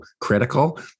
critical